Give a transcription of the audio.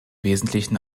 wesentlichen